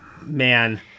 Man